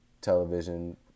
television